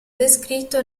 descritto